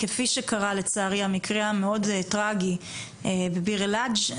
כפי שקרה לצערי במקרה המאוד טרגי בביר הדאג',